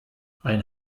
ein